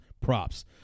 props